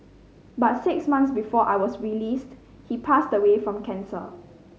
but six months before I was released he passed away from cancer